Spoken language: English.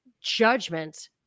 judgment